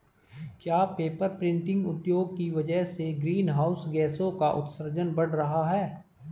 क्या paper printing उद्योग की वजह से ग्रीन हाउस गैसों का उत्सर्जन बढ़ रहा है?